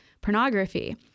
pornography